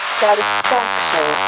satisfaction